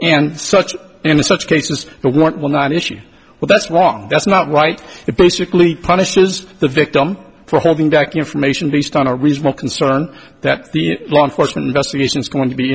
and such and such cases but want will not issue well that's wrong that's not right it basically punishes the victim for holding back information based on a reasonable concern that the law enforcement investigation is going to be